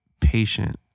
patient